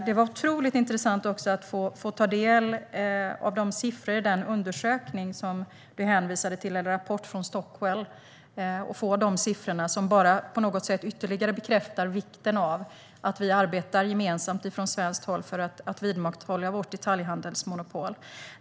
Det var mycket intressant att ta del av siffrorna i den rapport från Stockwell som Lars-Axel Nordell hänvisade till. De bekräftar ytterligare vikten av att vi i Sverige arbetar gemensamt för att vidmakthålla vårt detaljhandelsmonopol.